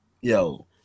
Yo